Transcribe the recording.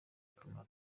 akamaro